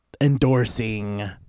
endorsing